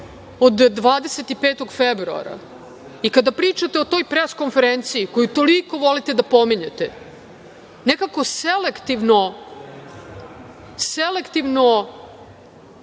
od 25. februara. Kada pričate o toj pres konferenciji koju toliko volite da pominjete, nekako selektivno odlučujete